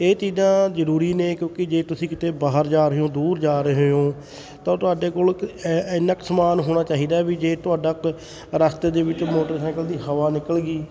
ਇਹ ਚੀਜ਼ਾਂ ਜ਼ਰੂਰੀ ਨੇ ਕਿਉਂਕਿ ਜੇ ਤੁਸੀਂ ਕਿਤੇ ਬਾਹਰ ਜਾ ਰਹੇ ਹੋ ਦੂਰ ਜਾ ਰਹੇ ਹੋ ਤਾਂ ਤੁਹਾਡੇ ਕੋਲ ਐ ਇੰਨਾ ਕੁ ਸਮਾਨ ਹੋਣਾ ਚਾਹੀਦਾ ਵੀ ਜੇ ਤੁਹਾਡਾ ਕ ਰਸਤੇ ਦੇ ਵਿੱਚ ਮੋਟਰਸਾਈਕਲ ਦੀ ਹਵਾ ਨਿਕਲ ਗਈ